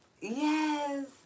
Yes